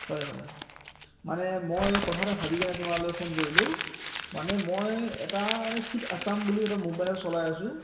হয় হয় মানে মই কথা এটা ভাবি কিনে তোমালৈ ফোন কৰিলোঁ মানে মই এটা মানে ফিট আছাম বুলি এটা মোবাইলত চলাই আছোঁ